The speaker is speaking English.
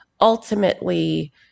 Ultimately